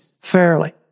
fairly